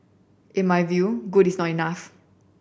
in my view good is not enough